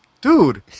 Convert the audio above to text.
dude